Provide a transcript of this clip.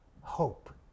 Hope